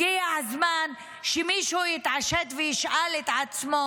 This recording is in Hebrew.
הגיע הזמן שמישהו יתעשת וישאל את עצמו